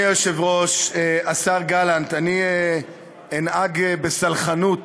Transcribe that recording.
אדוני היושב-ראש, השר גלנט, אני אנהג בסלחנות